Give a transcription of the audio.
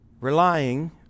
relying